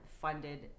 funded